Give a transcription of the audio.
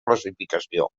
classificació